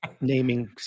naming